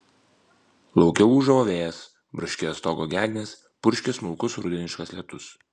lauke ūžavo vėjas braškėjo stogo gegnės purškė smulkus rudeniškas lietus